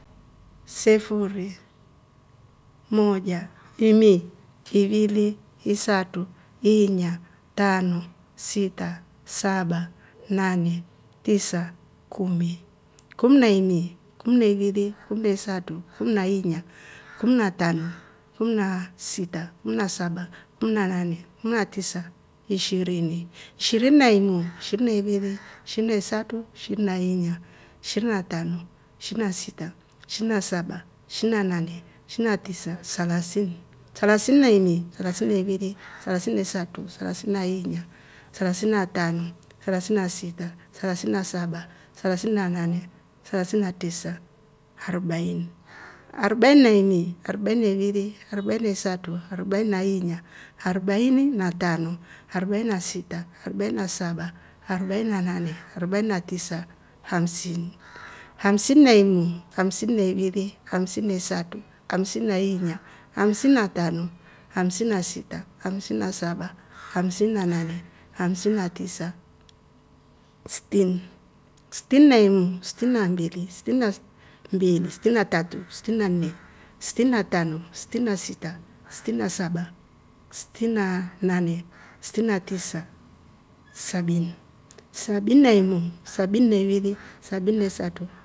Sifuri. moja. imili kimili. isatu. iinya tano. sita. saba. nane. tisa. kumi. kumi na inyi. kumi na ivili, kumi na isatu. kumi na inya. kumi na tano. kumi na sita. kumi na saba. kumi na nane. kumi na tisha ishirini. ishirini na imwa. ishiri na ivili. ishirini na isatu. ishirini na inya. shirini na tano shirini na sita. shirini na saba. shirini na nane. shirini na tisa selasini. selasini na imi. selasin na ivili. selesan na satu. selasin na inya. selasin na tano. selasin na sita. selasin na saba. selasin na nane. selasini na tisa arobaini. arobaini na imi. arobaini ya ivili. arobaini eresatu. arobain na inya. arobani na tano. arobaini sita. arobaini na saba. arobaini na nane. arobaini na tisa. hamsini. hamsini na imili. hamsini na ivili. hamsini na isatu. hamsini na inya. hamsini na tano. hamsini na sita. hamsini na saba. hamsini na nane. hamsini na tisa stini. stini na imumu. stini na mbili. stini na sti mbili. sti na tatu. sti na nne. sti na tano. stini na sita. stini na saba. stin na- nane. stini na rtisa. sabini. sabini na imumu. sabini na ivili. sabi na isatu.